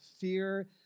Fear